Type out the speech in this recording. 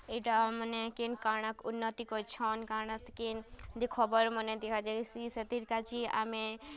ଇ'ଟା ମାନେ କେନ୍ କା'ଣା ଉନ୍ନତି କରିଛନ୍ କା'ଣା କେନ୍ ଖବର୍ ମାନେ ଦିଆଯାଏସି ସେଥିର୍ କା'ଯେ ଆମେ